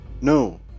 No